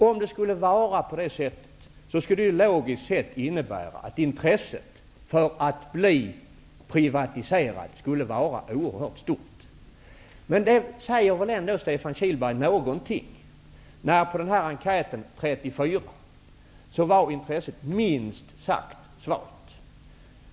Om det skulle vara på det sättet, skulle det logiskt sett innebära att intresset för att bli privatiserad skulle vara oerhört stort. Men det säger väl ändå Stefan Kihlberg någonting, när intresset för den här enkäten var minst sagt svalt.